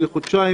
לחודשיים?